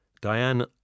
Diane